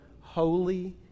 holy